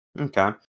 Okay